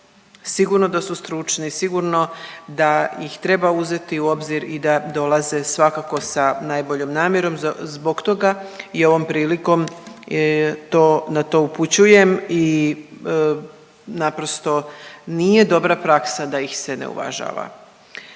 sigurno da su stručni, sigurno da ih treba uzeti u obzir i da dolaze svakako sa najboljom namjerom zbog toga je ovom prilikom to, na to upućujem i naprosto nije dobra praksa da ih se ne uvažava.